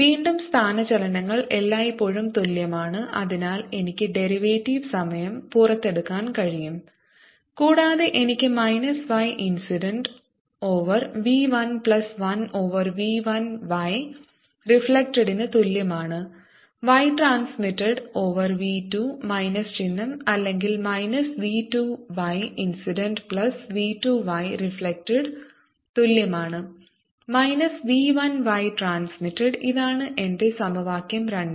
വീണ്ടും സ്ഥാനചലനങ്ങൾ എല്ലായ്പ്പോഴും തുല്യമാണ് അതിനാൽ എനിക്ക് ഡെറിവേറ്റീവ് സമയം പുറത്തെടുക്കാൻ കഴിയും കൂടാതെ എനിക്ക് minus y incident over v 1 plus 1 over v 1 y reflected ന് തുല്യമാണ് y transmitted over v 2 minus ചിഹ്നം അല്ലെങ്കിൽ minus v 2 y incident plus v 2 y reflected തുല്യമാണ് മൈനസ് v 1 y ട്രാൻസ്മിറ്റഡ് ഇതാണ് എന്റെ സമവാക്യം രണ്ട്